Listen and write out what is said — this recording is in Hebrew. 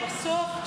בסוף,